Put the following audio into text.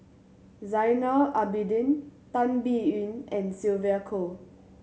Zainal Abidin Tan Biyun and Sylvia Kho